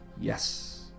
yes